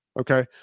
Okay